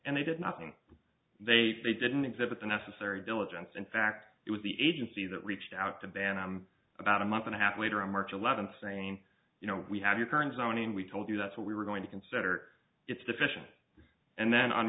and they did nothing they they didn't exhibit the necessary diligence in fact it was the agency that reached out to ban and about a month and a half later on march eleventh saying you know we have your current zoning we told you that's what we were going to consider it's deficient and then on